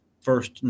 first